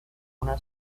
una